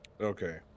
Okay